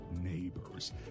neighbors